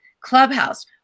clubhouse